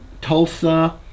Tulsa